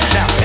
Now